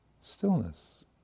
stillness